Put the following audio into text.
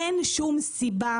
אין שום סיבה